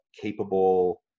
capable